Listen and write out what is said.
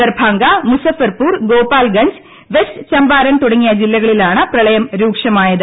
Darbhanga Muzaffarpur Gopalganj west Champaran തുടങ്ങിയ ജില്ലകളിലാണ് പ്രളയം രൂക്ഷമായത്